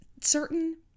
certain